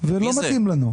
ולא מתאים לנו.